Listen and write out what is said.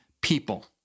people